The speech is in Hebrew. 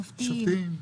שופטים,